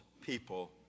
people